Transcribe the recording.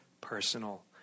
personal